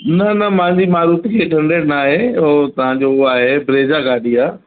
न न मुंहिंजी मारुति एट हंड्रेड नाहे उहो तव्हां जो हू आहे ब्रेजा गाॾी आहे